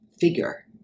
figure